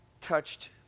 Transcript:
touched